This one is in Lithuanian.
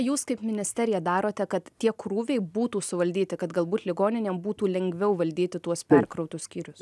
jūs kaip ministerija darote kad tie krūviai būtų suvaldyti kad galbūt ligoninėm būtų lengviau valdyti tuos perkrautus skyrius